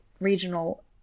regional